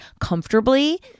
comfortably